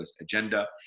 agenda